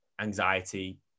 anxiety